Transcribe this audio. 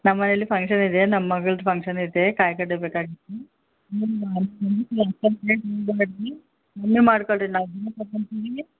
ನಮ್ಮ ಮನೇಲಿ ಫಂಕ್ಷನ್ ಇದೆ ನಮ್ಮ ಮಗ್ಳದು ಫಂಕ್ಷನ್ ಐತೆ ಕಾಯಿ ಗಡ್ಡೆ ಬೇಕಾಗಿತ್ತು ಕಡಿಮೆ ಮಾಡ್ಕೊಳ್ರಿ ನಾವು